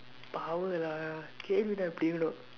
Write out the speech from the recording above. power lah கேள்வினா இப்படி இருக்கனும்:keelvinaa ippadi irukkanum